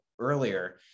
earlier